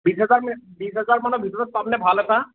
বিশ হাজাৰ বিশ হাজাৰমানৰ ভিতৰত পামনে ভাল এটা